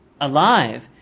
alive